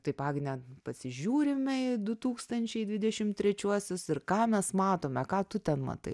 taip agne pasižiūrime į du tūkstančiai dvidešim trečiuosius ir ką mes matome ką tu ten matai